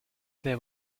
there